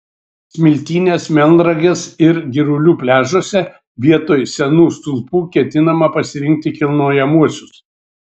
smiltynės melnragės ir girulių pliažuose vietoje senų stulpų ketinama pasirinkti kilnojamuosius